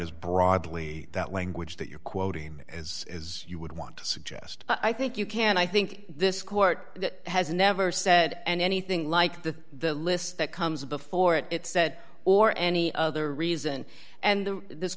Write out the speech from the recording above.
as broadly that language that you're quoting as you would want to suggest i think you can i think this court has never said anything like the list that comes before it it's that or any other reason and th